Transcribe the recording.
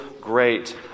great